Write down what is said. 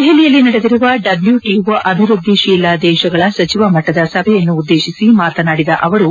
ದೆಹಲಿಯಲ್ಲಿ ನಡೆದಿರುವ W T O ಅಭಿವ್ವದ್ದಿಶೀಲ ದೇಶಗಳ ಸಚಿವ ಮಟ್ಟದ ಸಭೆಯನ್ನು ಉದ್ದೇಶಿಸಿ ಮಾತನಾಡಿದ ಅವರು